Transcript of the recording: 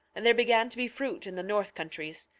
and there began to be fruit in the north countries,